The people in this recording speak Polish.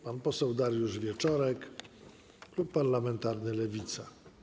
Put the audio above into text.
Pan poseł Dariusz Wieczorek, klub parlamentarny Lewica.